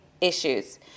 issues